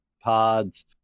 pods